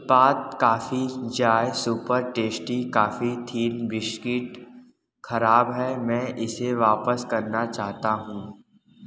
उत्पाद coffee joy super tasty coffee thin biscuit ख़राब है मैं इसे वापस करना चाहता हूँ